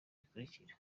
bikurikira